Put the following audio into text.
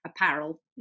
apparel